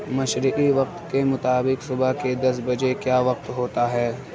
مشرقی وقت کے مطابق صبح کے دس بجے کیا وقت ہوتا ہے